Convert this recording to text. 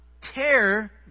tear